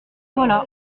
voilà